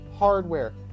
Hardware